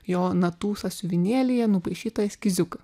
jo natų sąsiuvinėlyje nupaišytą eskiziuką